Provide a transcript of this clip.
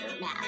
now